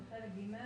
בחלק ג',